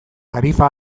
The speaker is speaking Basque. tarifa